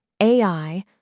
AI